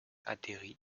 atterrit